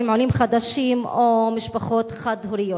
כמו עולים חדשים ומשפחות חד-הוריות.